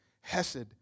hesed